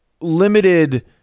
limited